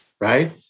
Right